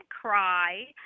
cry